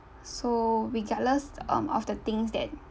so regardless um of the things that